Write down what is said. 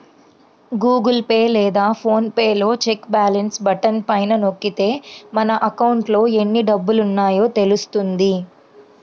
Google Pay లేదా PhonePe లో check balance button పైన నొక్కితే మన అకౌంట్లో ఎన్ని డబ్బులున్నాయో తెలుస్తుంది